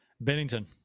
Bennington